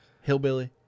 Hillbilly